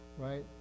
right